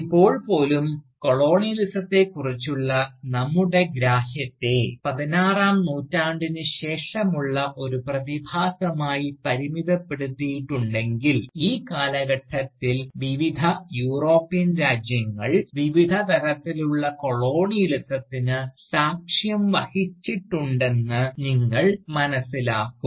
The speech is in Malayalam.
ഇപ്പോൾ പോലും കൊളോണിയലിസത്തെക്കുറിച്ചുള്ള നമ്മുടെ ഗ്രാഹ്യത്തെ പതിനാറാം നൂറ്റാണ്ടിനു ശേഷമുള്ള ഒരു പ്രതിഭാസമായി പരിമിതപ്പെടുത്തിയിട്ടുണ്ടെങ്കിൽ ഈ കാലഘട്ടത്തിൽ വിവിധ യൂറോപ്യൻ രാജ്യങ്ങൾ വിവിധ തരത്തിലുള്ള കൊളോണിയലിസത്തിന് സാക്ഷ്യം വഹിച്ചിട്ടുണ്ടെന്ന് നിങ്ങൾ മനസ്സിലാക്കും